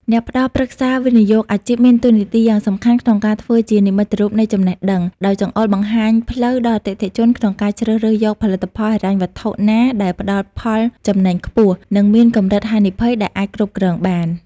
អ្នកផ្ដល់ប្រឹក្សាវិនិយោគអាជីពមានតួនាទីយ៉ាងសំខាន់ក្នុងការធ្វើជានិមិត្តរូបនៃចំណេះដឹង ដោយចង្អុលបង្ហាញផ្លូវដល់អតិថិជនក្នុងការជ្រើសរើសយកផលិតផលហិរញ្ញវត្ថុណាដែលផ្ដល់ផលចំណេញខ្ពស់ និងមានកម្រិតហានិភ័យដែលអាចគ្រប់គ្រងបាន។